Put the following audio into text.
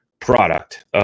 product